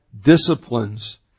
disciplines